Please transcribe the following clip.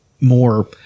more